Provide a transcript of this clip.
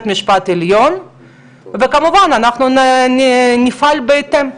המשפט העליון וכמובן אנחנו נפעל בהתאם,